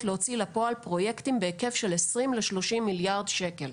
להוציא לפעול פרויקטים בהיקף של 20 ל-30 מיליארד שקל.